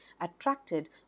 attracted